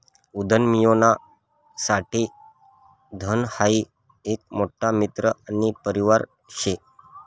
उदयमियोना साठे धन हाई एक मोठा मित्र आणि परिवार शे